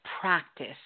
practice